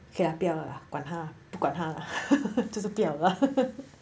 okay lah 不要了啦管他啦不管他就是不要啦